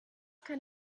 kann